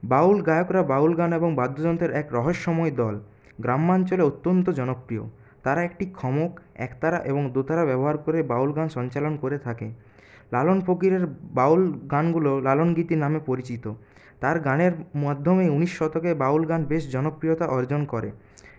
বাউল গায়করা বাউল গান এবং বাদ্যযন্ত্রের এক রহস্যময় দল গ্রামাঞ্চলে অত্যন্ত জনপ্রিয় তারা একটি খমক একতারা এবং দোতারা ব্যবহার করে বাউল গান সঞ্চালন করে থাকে লালন ফকিরের বাউল গানগুলো লালনগীতি নামে পরিচিত তার গানের মাধ্যমে উনিশ শতকে বাউল গান বেশ জনপ্রিয়তা অর্জন করে